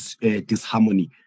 disharmony